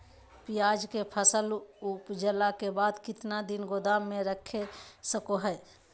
प्याज के फसल उपजला के बाद कितना दिन गोदाम में रख सको हय?